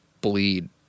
bleed